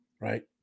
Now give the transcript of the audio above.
right